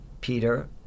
Peter